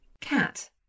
Cat